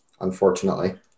Unfortunately